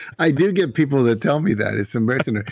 i do get people that tell me that. it's embarrassing.